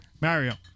Mario